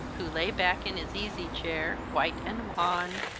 who lay back in his easy-chair, white and wan,